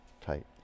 Tight